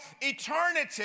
eternity